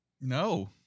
No